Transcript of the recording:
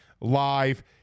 live